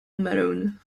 malone